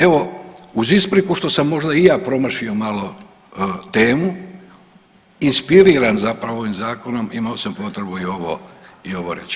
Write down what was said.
Evo uz ispriku što sam možda i ja promašio malo temu inspiriran zapravo ovim Zakonom imao sam potrebu i ovo reći.